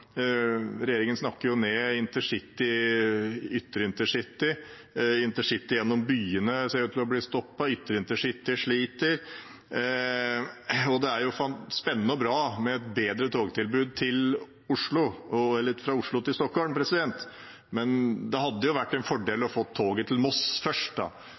å bli stoppet, ytre intercity sliter. Det er spennende og bra med et bedre togtilbud fra Oslo til Stockholm, men det hadde jo vært en fordel å få toget til Moss